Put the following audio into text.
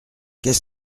qu’est